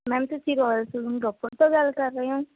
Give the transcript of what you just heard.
ma'am ਤੁਸੀਂ royal Ropar ਤੋਂ ਗੱਲ ਕਰ ਰਹੇ ਹੋਂ